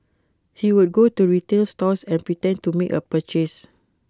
he would go to retail stores and pretend to make A purchase